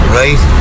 right